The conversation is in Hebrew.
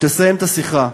כשתסיים את השיחה,